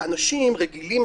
אנשים רגילים,